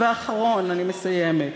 ואחרון, אני מסיימת,